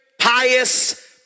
pious